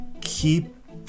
Keep